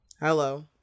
hello